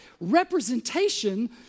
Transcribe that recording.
representation